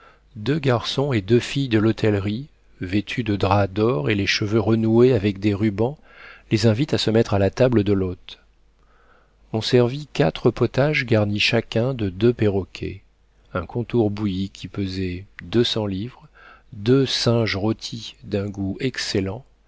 deux garçons et deux filles de l'hôtellerie vêtus de drap d'or et les cheveux renoués avec des rubans les invitent à se mettre à la table de l'hôte on servit quatre potages garnis chacun de deux perroquets un contour bouilli qui pesait deux cents livres deux singes rôtis d'un goût excellent